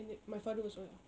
and eh my father also lah